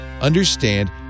understand